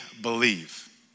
believe